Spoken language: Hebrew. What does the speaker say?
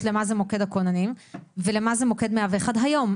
למה זה מוקד הכוננים ולמה זה מוקד 101. היום,